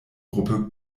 gruppe